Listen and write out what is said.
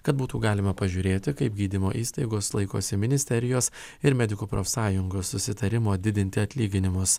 kad būtų galima pažiūrėti kaip gydymo įstaigos laikosi ministerijos ir medikų profsąjungos susitarimo didinti atlyginimus